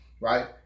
Right